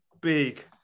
big